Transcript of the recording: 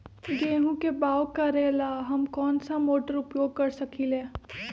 गेंहू के बाओ करेला हम कौन सा मोटर उपयोग कर सकींले?